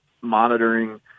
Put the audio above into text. monitoring